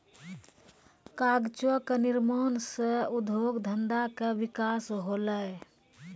कागजो क निर्माण सँ उद्योग धंधा के विकास होलय